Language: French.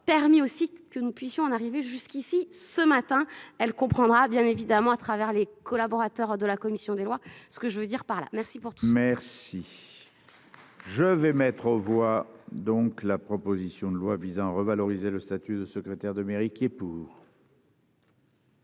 permis aussi que nous puissions en arriver jusqu'ici ce matin elle comprendra bien évidemment à travers les collaborateurs de la commission des lois. Ce que je veux dire par là. Merci pour. Merci. Je vais mettre aux voix donc la proposition de loi visant à revaloriser le statut de secrétaire de mairie qui est pour.